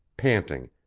panting,